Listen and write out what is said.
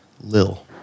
Lil